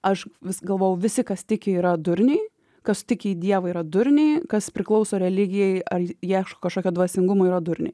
aš vis galvojau visi kas tiki yra durniai kas tiki į dievą yra durniai kas priklauso religijai ar ieško kažkokio dvasingumo yra durniai